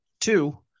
two